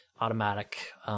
automatic